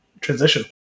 transition